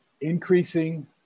increasing